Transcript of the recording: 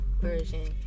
version